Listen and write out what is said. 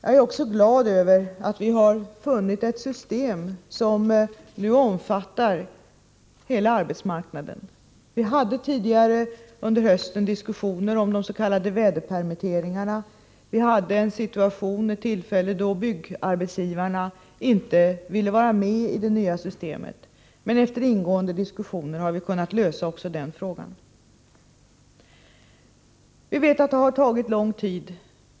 Jag är också glad över att vi har funnit ett system som nu omfattar hela arbetsmarknaden. Vi hade tidigare under hösten diskussioner om de s.k. väderpermitteringarna, och vi hade ett tillfälle då byggarbetsgivarna inte ville vara medi det nya systemet, men efter ingående diskussion har vi kunnat lösa också den frågan. Vi vet att det har tagit lång tid.